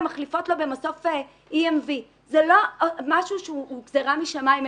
הן מחליפות לו במסוף EMV. זה לא משהו שהוא גזרה משמים.